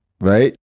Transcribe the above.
Right